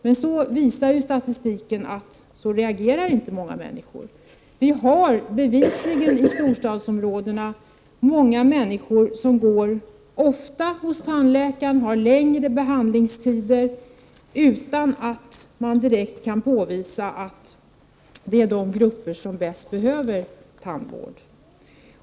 Men statistiken visar att många människor inte reagerar så. I storstadsområdena finns det bevisligen många människor som går ofta till tandläkaren och har längre behandlingstider, utan att det direkt kan påvisas att det är de grupper som bäst behöver tandvård.